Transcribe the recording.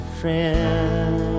friend